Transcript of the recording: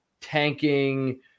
tanking